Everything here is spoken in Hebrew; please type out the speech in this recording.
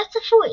לא צפוי.